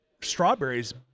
strawberries